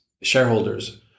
shareholders